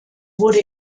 wurde